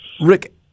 Rick